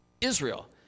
Israel